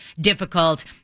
difficult